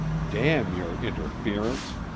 damn your interference!